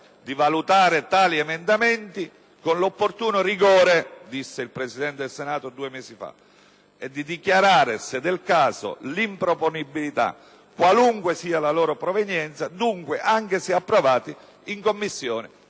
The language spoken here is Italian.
di valutare tali emendamenti con l'opportuno rigore» - disse il Presidente del Senato tre mesi fa - «e di dichiararne se del caso l'improponibilità qualunque sia la loro provenienza, dunque anche se approvati in Commissione